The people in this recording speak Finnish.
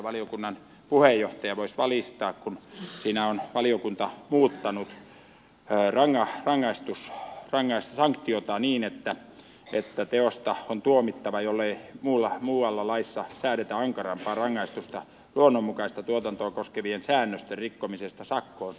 valiokunnan puheenjohtaja voisi valistaa kun siinä on valiokunta muuttanut sanktiota niin että luonnonmukaista tuotantoa koskevien säännösten rikkomisesta on tuomittava jollei muualla laissa säädetä ankarampaa rangaistusta luonnonmukaista tuotantoa koskevien säännösten rikkomisesta sakkoon